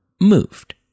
moved